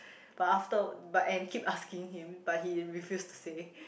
but after but and keep asking him but he refuse to say